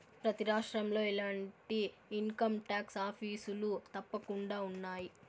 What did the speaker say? ప్రతి రాష్ట్రంలో ఇలాంటి ఇన్కంటాక్స్ ఆఫీసులు తప్పకుండా ఉన్నాయి